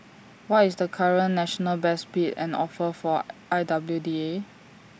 what is the current national best bid and offer for I W D A